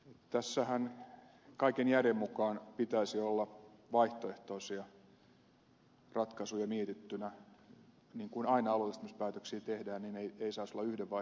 tässähän kaiken järjen mukaan pitäisi olla vaihtoehtoisia ratkaisuja mietittynä niin kuin aina kun alueellistamispäätöksissä tehdään ei saisi olla yhden vaihtoehdon varassa